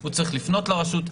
הוא צריך לפנות לרשות,